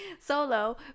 solo